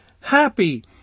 happy